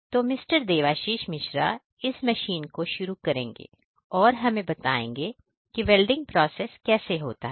तो मिस्टर देवाशीष मिश्रा इस मशीन को शुरू करेंगे और हमें बताएंगे कि वेल्डिंग प्रोसेस कैसे होता है